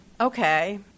okay